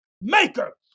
Maker